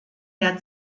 der